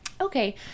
Okay